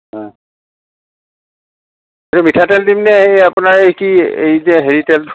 অ' মিঠাতেল দিম নে এই আপোনাৰ এই কি এই যে হেৰি তেলটো